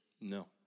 No